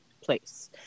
place